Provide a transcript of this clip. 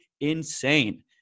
insane